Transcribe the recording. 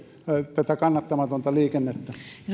tätä kannattamatonta liikennettä